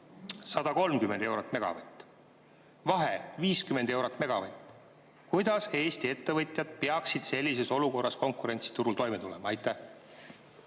50 eurot megavatt-tunni eest. Kuidas Eesti ettevõtjad peaksid sellises olukorras konkurentsiturul toime tulema? Aitäh!